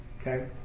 okay